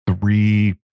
three